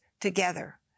together